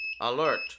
Alert